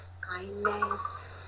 kindness